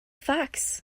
facts